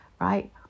right